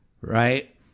right